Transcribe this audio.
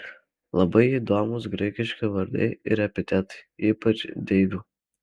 labai įdomūs graikiški vardai ir epitetai ypač deivių